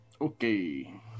Okay